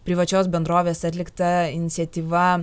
privačios bendrovės atlikta iniciatyva